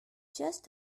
just